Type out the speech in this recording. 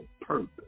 purpose